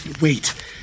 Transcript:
Wait